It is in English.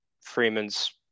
Freeman's